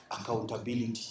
Accountability